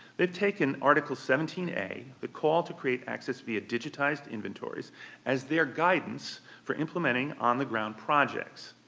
they've taken article seventeen a, the call to create access via digitized inventories as their guidance for implementing on-the-ground projects.